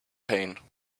pain